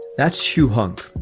that's shoe hunk.